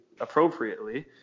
appropriately